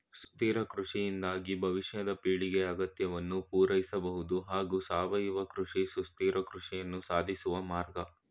ಸುಸ್ಥಿರ ಕೃಷಿಯಿಂದಾಗಿ ಭವಿಷ್ಯದ ಪೀಳಿಗೆ ಅಗತ್ಯವನ್ನು ಪೂರೈಸಬಹುದು ಹಾಗೂ ಸಾವಯವ ಕೃಷಿ ಸುಸ್ಥಿರ ಕೃಷಿಯನ್ನು ಸಾಧಿಸುವ ಮಾರ್ಗ